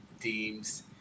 teams